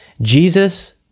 Jesus